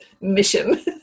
mission